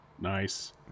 Nice